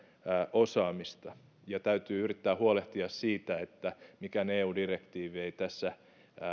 osaamista ja täytyy yrittää huolehtia siitä että mikään eun direktiivi ei tässä